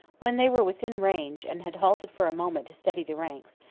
when they were within range, and had halted for a moment to steady the ranks,